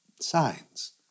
signs